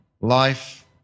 life